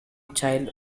child